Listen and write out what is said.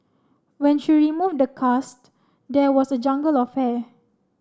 when she removed the cast there was a jungle of hair